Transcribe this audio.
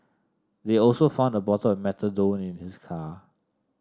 they also found a bottle of methadone in his car